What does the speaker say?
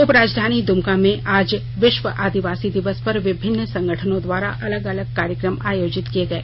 उपराधानी दुमका में आज विश्व आदिवासी दिवस पर विभिन्न संगठनों द्वारा अलग अलग कार्यक्रम आयोजित किये गये